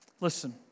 listen